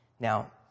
Now